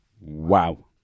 wow